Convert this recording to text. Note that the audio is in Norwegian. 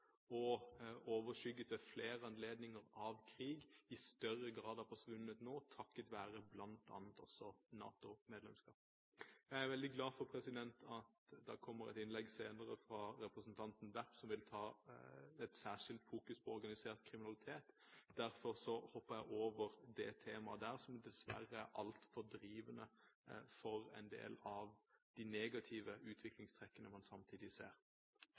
ved flere anledninger ble overskygget av krig, nå i større grad har forsvunnet takket være bl.a. også NATO-medlemskap. Jeg er veldig glad for at det kommer et innlegg senere fra representanten Werp, som vil ha et særskilt fokus på organisert kriminalitet. Derfor hopper jeg over det temaet, som dessverre er altfor drivende for en del av de negative utviklingstrekkene man samtidig ser.